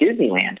Disneyland